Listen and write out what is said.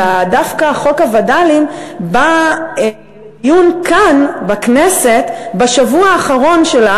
אלא דווקא חוק הווד"לים בא לעיון כאן בכנסת בשבוע האחרון שלה,